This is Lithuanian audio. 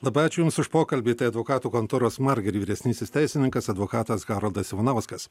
labai ačiū jums už pokalbį tai advokatų kontoros merger vyresnysis teisininkas advokatas haroldas ivanauskas